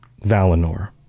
Valinor